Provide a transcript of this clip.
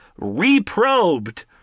reprobed